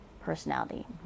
personality